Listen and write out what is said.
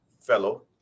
fellow